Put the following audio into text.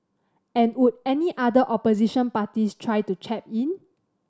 and would any other opposition parties try to chap in